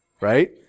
right